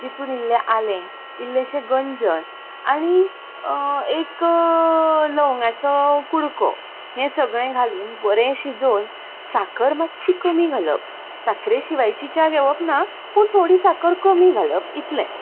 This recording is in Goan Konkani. तितून इल्लें आलें इल्लें गंजन आनी एक लवंगाचो कुडको हे सगळें घालून बरें शिजोवन साखर मातशी कमी घालप साखरे शिवायची च्या घेवप ना पूण थोडी साखर कमी घालप इतलेंच